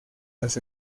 las